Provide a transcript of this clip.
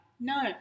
No